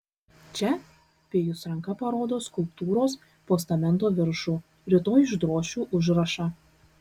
čia pijus ranka parodo skulptūros postamento viršų rytoj išdrošiu užrašą